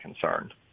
concerned